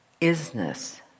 isness